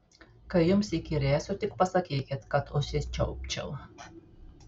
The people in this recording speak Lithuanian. kai jums įkyrėsiu tik pasakykit kad užsičiaupčiau